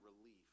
relief